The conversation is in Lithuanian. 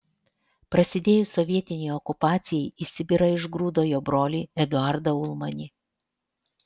prasidėjus sovietinei okupacijai į sibirą išgrūdo jo brolį eduardą ulmanį